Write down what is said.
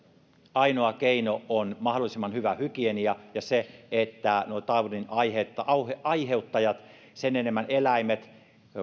ainoa keino on mahdollisimman hyvä hygienia ja se että taudinaiheuttajat sen enemmän eläimet